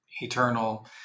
eternal